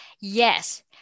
Yes